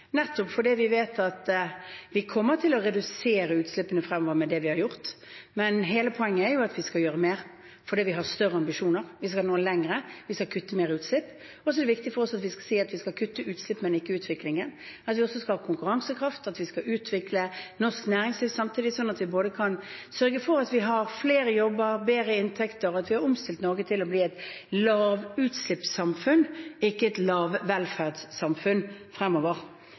Vi vet at vi kommer til å redusere utslippene fremover med det vi har gjort, men hele poenget er at vi skal gjøre mer, fordi vi har større ambisjoner. Vi skal nå lenger. Vi skal kutte mer i utslipp. Det er også viktig for oss å si at vi skal kutte utslippene, men ikke utviklingen. Vi skal ha konkurransekraft, og vi skal utvikle norsk næringsliv samtidig, sånn at vi kan sørge for at vi har flere jobber og bedre inntekter, og at vi omstiller Norge til å bli et lavutslippssamfunn, ikke et lavvelferdssamfunn, fremover.